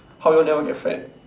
how you all never get fat